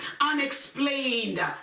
Unexplained